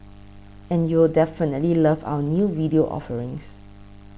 and you'll definitely love our new video offerings